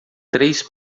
três